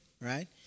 right